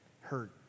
hurt